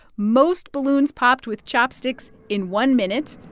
most balloons popped with chopsticks in one minute.